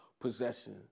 possession